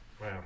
Wow